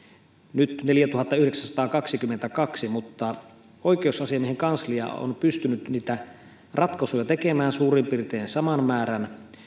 nyt neljätuhattayhdeksänsataakaksikymmentäkaksi mutta oikeusasiamiehen kanslia on pystynyt ratkaisuja tekemään suurin piirtein saman määrän